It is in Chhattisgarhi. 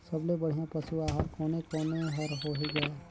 सबले बढ़िया पशु आहार कोने कोने हर होही ग?